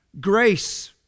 grace